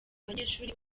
banyeshuri